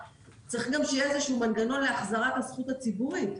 אולי צריך איזה שהוא שינוי מבני לעומת התקינה הרגילה של הרכב.